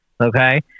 okay